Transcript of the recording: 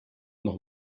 noch